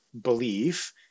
belief